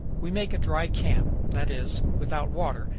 we make a dry camp, that is, without water,